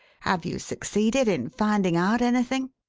have you succeeded in finding out anything?